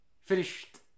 finished